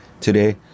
today